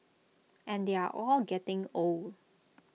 and they're all getting old